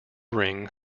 ring